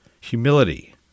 humility